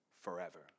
forever